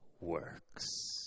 works